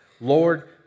Lord